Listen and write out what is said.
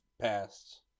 past